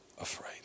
afraid